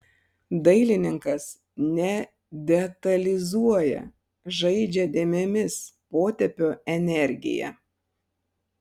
dailininkas nedetalizuoja žaidžia dėmėmis potėpio energija